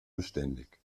beständig